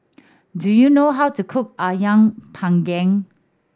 do you know how to cook Ayam Panggang